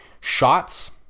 Shots